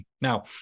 Now